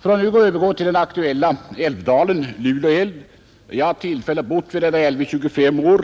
För att övergå till den nu aktuella Lule älv kan jag nämna att jag bott vid denna älv i 25 år.